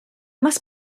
must